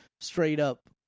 straight-up